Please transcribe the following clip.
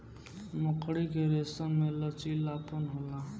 मकड़ी के रेसम में लचीलापन होला